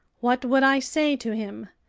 what would i say to him?